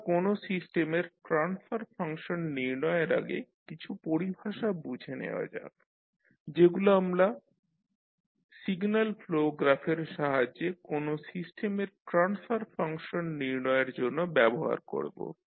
এবার কোন সিস্টেমের ট্রান্সফার ফাংশন নির্ণয়ের আগে কিছু পরিভাষা বুঝে নেওয়া যাক যেগুলো আমরা সিগন্যাল ফ্লো গ্রাফের সাহায্যে কোনো সিস্টেমের ট্রান্সফার ফাংশন নির্ণয়ের জন্য ব্যবহার করব